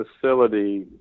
facility